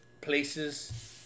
places